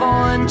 on